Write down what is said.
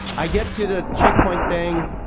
i get to the checkpoint thing,